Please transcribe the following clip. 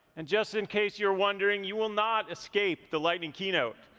and just in case you're wondering, you will not escape the lightning keynote,